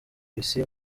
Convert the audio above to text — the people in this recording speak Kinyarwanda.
isi